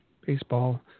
baseball